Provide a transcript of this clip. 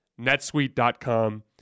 NetSuite.com